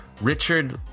Richard